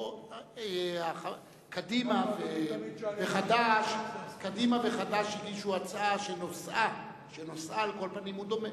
קדימה וחד"ש הגישו הצעה שנושאה דומה.